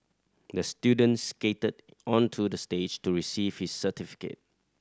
the student skated onto the stage to receive his certificate